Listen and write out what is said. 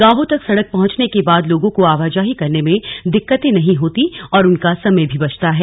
गांवों तक सड़क पहंचने के बाद लोगों को आवाजाही करने में दिक्कते नहीं होती और उनका समय भी बचता है